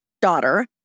daughter